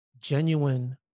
genuine